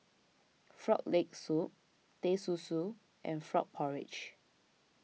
Frog Leg Soup Teh Susu and Frog Porridge